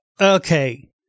Okay